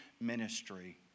ministry